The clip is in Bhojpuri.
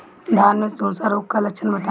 धान में झुलसा रोग क लक्षण बताई?